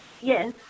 yes